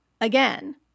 again